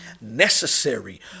necessary